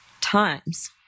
times